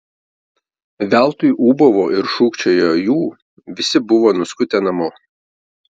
veltui ūbavo ir šūkčiojo jų visi buvo nuskutę namo